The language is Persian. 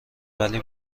ولی